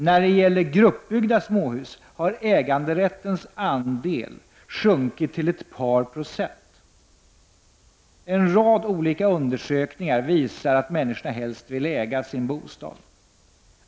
När det gäller gruppbyggda småhus har äganderättens andel sjunkit till ett par procent. En rad olika undersökningar visar att människorna helst vill äga sin bostad.